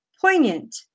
poignant